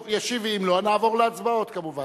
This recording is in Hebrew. טוב, ישיב, ואם לא נעבור להצבעות כמובן.